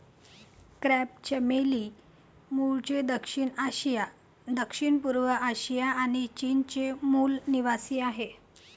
crepe चमेली मूळचे दक्षिण आशिया, दक्षिणपूर्व आशिया आणि चीनचे मूल निवासीआहे